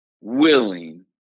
willing